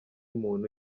muntu